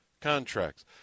contracts